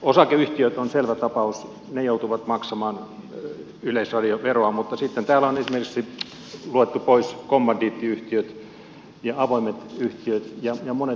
osakeyhtiöt ovat selvä tapaus ne joutuvat maksamaan yleisradioveroa mutta sitten täällä on esimerkiksi luettu pois kommandiittiyhtiöt ja avoimet yhtiöt ja monet muut yrittäjätyyppiset tilanteet